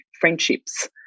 friendships